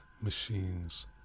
machines